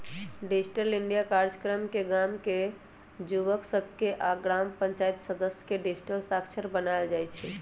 digital India काजक्रम में गाम के जुवक सभके आऽ ग्राम पञ्चाइत सदस्य के डिजिटल साक्षर बनाएल जाइ छइ